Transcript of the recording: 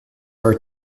are